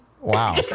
Wow